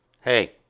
Hey